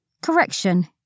Correction